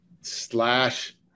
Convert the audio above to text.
slash